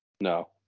No